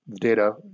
data